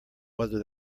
whether